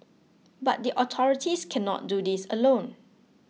but the authorities cannot do this alone